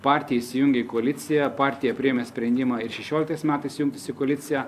partija įsijungia į koaliciją partija priėmė sprendimą ir šešioliktais metais jungtis į koaliciją